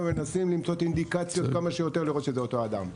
ומנסיך למצות את האינדיקציה כמה שיותר על אותו אדם,